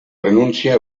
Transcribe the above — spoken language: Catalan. renuncia